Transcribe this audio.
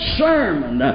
sermon